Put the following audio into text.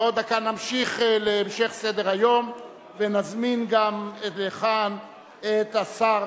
בעוד דקה נמשיך בסדר-היום ונזמין גם לכאן את השר,